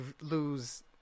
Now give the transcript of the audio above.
lose